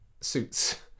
suits